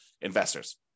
investors